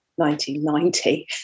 1990